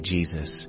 Jesus